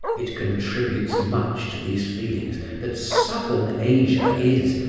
it contributes much to these feelings that southern asia is,